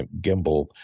gimbal